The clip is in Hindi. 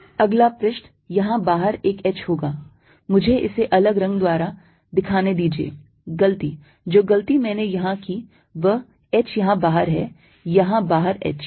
Fσq2π0 अगला पृष्ठ यहाँ बाहर एक h होगा मुझे इसे अलग रंग द्वारा दिखाने दीजिए गलती जो गलती मैंने यहां की वह h यहाँ बाहर है यहाँ बाहर h